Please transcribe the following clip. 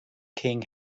king